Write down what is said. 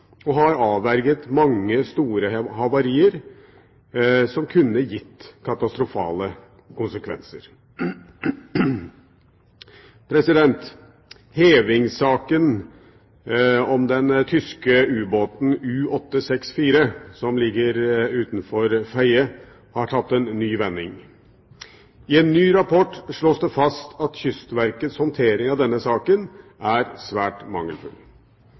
og har avverget mange store havarier som kunne gitt katastrofale konsekvenser. Hevingssaken når det gjelder den tyske ubåten U-864, som ligger utenfor Fedje, har tatt en ny vending. I en ny rapport slås det fast at Kystverkets håndtering av denne saken er svært mangelfull.